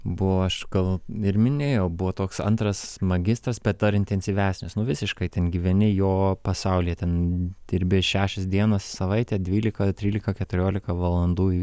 buvau aš gal ir minėjau buvo toks antras magistras bet dar intensyvesnis nu visiškai ten gyveni jo pasaulyje ten dirbi šešios dienos į savaitę dvylika trylika keturiolika valandų į dieną ir ir